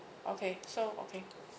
okay so okay